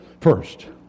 First